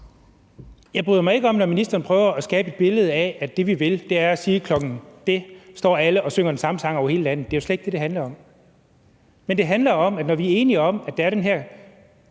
Jeg bryder mig ikke om, når ministeren prøver at skabe et billede af, at det, vi vil, er at sige, at klokken det står alle og synger den samme sang over hele landet – det er jo slet ikke det, det handler om. Men det handler om, at når vi er enige om, at der er den her